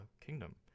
kingdom